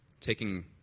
taking